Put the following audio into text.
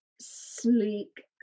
sleek